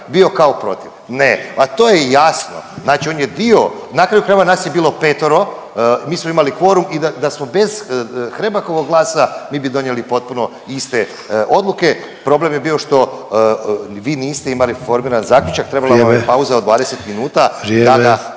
bio kao protiv? Ne, ma to je jasno, znači on je dio, na kraju krajeva nas je bilo 5-ero, mi smo imali kvorum i da smo bez Hrebakovog glasa mi bi donijeli potpuno iste odluke, problem je bio što vi niste imali formiran zaključak…/Upadica